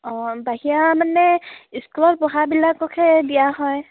অঁ বাহিৰা মানে স্কুলত পঢ়াবিলাকহে দিয়া হয়